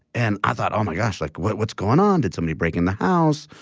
and i thought, oh, my gosh, like what's going on? did somebody break in the house?